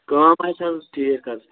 کٲم آسہِ حظ ٹھیٖک حظ